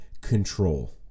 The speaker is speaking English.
control